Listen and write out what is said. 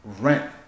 rent